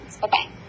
Bye-bye